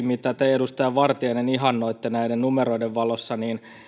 mitä te edustaja vartiainen ihannoitte näiden numeroiden valossa